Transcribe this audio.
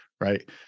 right